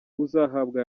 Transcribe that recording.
uzahabwa